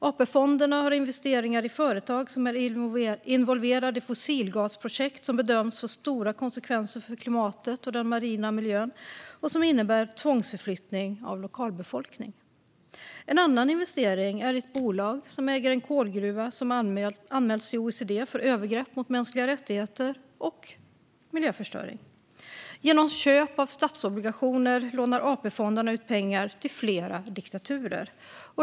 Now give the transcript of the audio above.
AP-fonderna har investeringar i företag som är involverade i fossilgasprojekt som bedöms få stora konsekvenser för klimatet och den marina miljön och som innebär tvångsförflyttning av lokalbefolkning. En annan investering är i ett bolag som äger en kolgruva som anmälts till OECD för övergrepp mot mänskliga rättigheter och miljöförstöring. Genom köp av statsobligationer lånar AP-fonderna ut pengar till flera diktaturer.